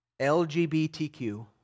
LGBTQ